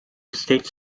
states